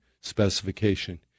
specification